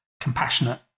compassionate